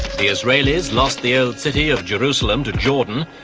the israelis lost the old city of jerusalem to jordan,